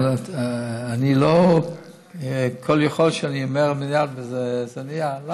אבל אני לא כל-יכול שאני אומר ומייד זה נהיה.